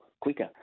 quicker